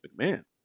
McMahon